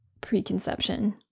preconception